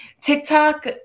TikTok